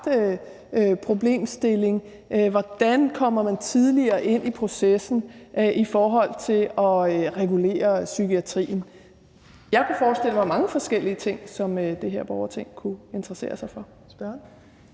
problemstilling: Hvordan kommer man tidligere ind i processen i forhold til at regulere psykiatrien? Jeg kunne forestille mig mange forskellige ting, som det her borgerting ville kunne interessere sig for.